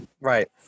Right